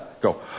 Go